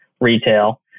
retail